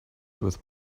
with